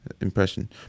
impression